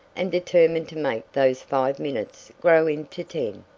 and determined to make those five minutes grow into ten.